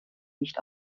nicht